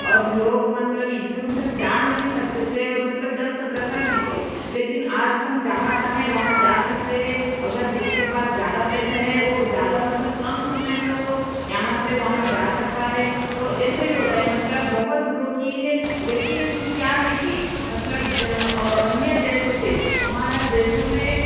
और लोग मतलब इधर उधर जा नहीं सकते थे मतलब दस पंद्रह साल पीछे लेकिन आज हम जहाँ चाहें वहाँ जा सकते हैं अगर जिसके पास ज़्यादा पैसा है वह ज़्यादा मतलब कम समय में वह यहाँ से वहाँ जा सकता है तो ऐसे ही होता है मतलब बहुत ग्रो की है लेकिन क्या है की मतलब अन्य देशों से हमारा देशों में